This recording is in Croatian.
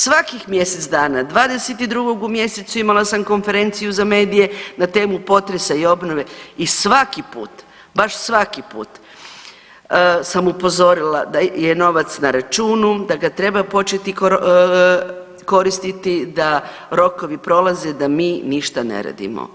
Svakih mjesec dana 22. u mjesecu imala sam konferenciju za medije na temu potresa i obnove i svaki put, baš svaki put sam upozorila da je novac na računu, da ga treba početi koristiti, da rokovi prolaze, da mi ništa ne radimo.